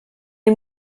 est